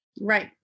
Right